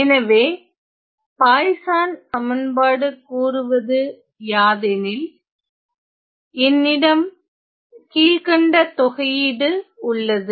எனவே பாய்சான் சமன்பாடு கூறுவது யாதெனில் என்னிடம் கீழ்கண்ட தொகையீடு உள்ளது